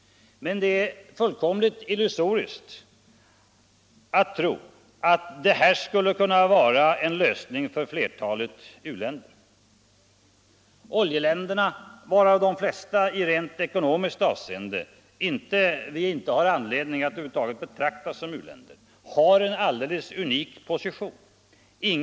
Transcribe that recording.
Men det är fullkomligt illusoriskt att tro att det här skulle kunna vara en lösning för flertalet u-länder. Oljeländerna har en alldeles unik position. De flesta av dem har vi inte anledning att i rent ekonomiskt avseende över huvud taget betrakta som u-länder.